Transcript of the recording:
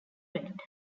red